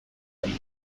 haiek